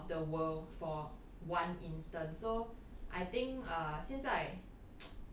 get out of the world for one instant so I think err 现在